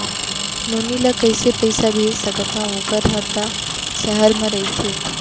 नोनी ल कइसे पइसा भेज सकथव वोकर हा त सहर म रइथे?